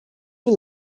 was